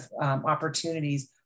opportunities